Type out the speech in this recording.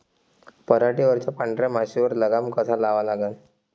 पराटीवरच्या पांढऱ्या माशीवर लगाम कसा लावा लागन?